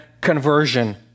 conversion